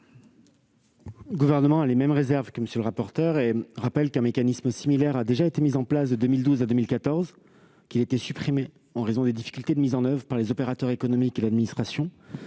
Le Gouvernement a les mêmes réserves que M. le rapporteur. Il rappelle qu'un mécanisme similaire a déjà été mis en place de 2012 à 2014, avant d'être supprimé en raison des difficultés de mise en oeuvre signalées par les opérateurs économiques et l'administration.